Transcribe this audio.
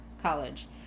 college